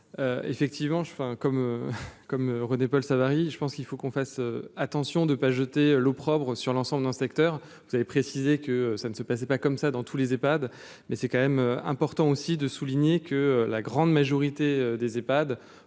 enfin comme comme René-Paul Savary je pense qu'il faut qu'on fasse attention de pas jeter l'opprobre sur l'ensemble d'un secteur vous avez précisé que ça ne se passait pas comme ça dans tous les Ehpad mais c'est quand même important aussi de souligner que la grande majorité des Epad